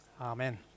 Amen